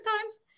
times